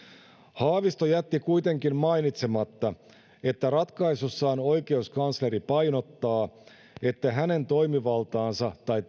haavisto jätti kuitenkin mainitsematta että ratkaisussaan oikeuskansleri painottaa että hänen toimivaltaansa tai